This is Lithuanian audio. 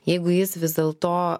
jeigu jis vis dėl to